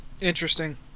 Interesting